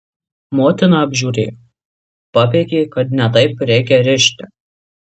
motina apžiūrėjo papeikė kad ne taip reikia rišti